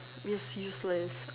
miss useless